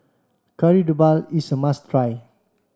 Kari Debal is a must try